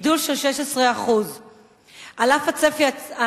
גידול של 16%. על אף הצפי הצה"לי,